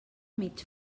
mig